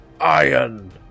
iron